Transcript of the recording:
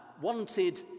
wanted